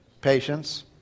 Patience